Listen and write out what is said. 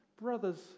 Brothers